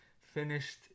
finished